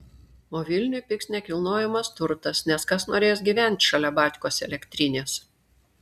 o vilniuj pigs nekilnojamas turtas nes kas norės gyvent šalia batkos elektrinės